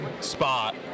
spot